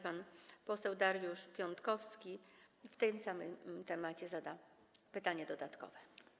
Pan poseł Dariusz Piontkowski w tym samym temacie zada pytanie dodatkowe.